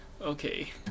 Okay